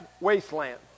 wasteland